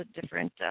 different